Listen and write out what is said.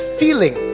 feeling